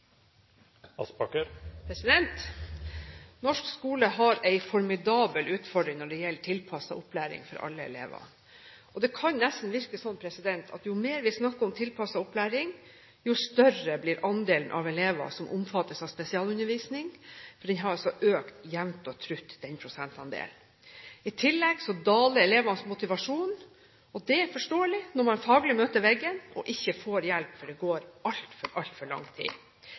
Norsk skole har en formidabel utfordring når det gjelder tilpasset opplæring for alle elever. Det kan nesten virke som om jo mer vi snakker om tilpasset opplæring, jo større blir andelen av elever som omfattes av spesialundervisning – for den prosentandelen har altså økt jevnt og trutt. I tillegg daler elevenes motivasjon. Det er forståelig når man faglig møter veggen og ikke får hjelp før det går alt, alt for lang tid.